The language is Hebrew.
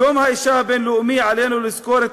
ביום האישה הבין-לאומי עלינו לזכור את